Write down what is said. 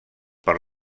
per